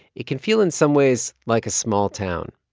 it can feel in some ways like a small town.